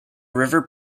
river